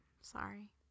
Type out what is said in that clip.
Sorry